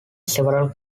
several